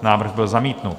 Návrh byl zamítnut.